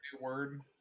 word